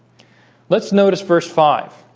let's notice verse five